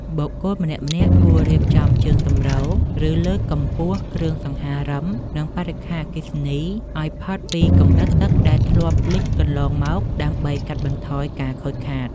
បុគ្គលម្នាក់ៗគួររៀបចំជើងទម្រ ឬលើកកម្ពស់គ្រឿងសង្ហារឹម និងបរិក្ខារអគ្គិសនីឱ្យផុតពីកម្រិតទឹកដែលធ្លាប់លិចកន្លងមក ដើម្បីកាត់បន្ថយការខូចខាត។